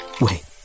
Wait